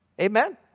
amen